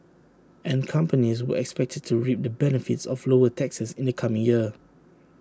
and companies were expected to reap the benefits of lower taxes in the coming year